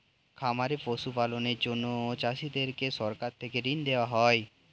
খামারে পশু পালনের জন্য চাষীদেরকে সরকার থেকে ঋণ দেওয়া হয়